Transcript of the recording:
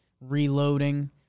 reloading